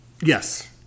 Yes